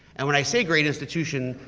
and when i say great institution,